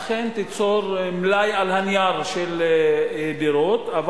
אכן תיצור מלאי של דירות על הנייר,